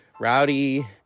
rowdy